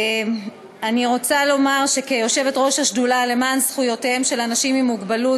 אני רוצה לומר שכיושבת-ראש השדולה למען זכויותיהם של אנשים עם מוגבלות,